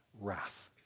wrath